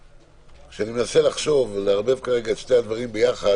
אני מנסה לחשוב אם אפשר לשלב את שני הדברים יחד